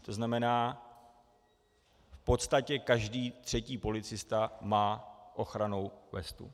To znamená, v podstatě každý třetí policista má ochrannou vestu.